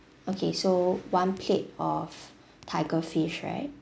okay so one plate of tiger fish right